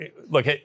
look